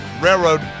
Railroad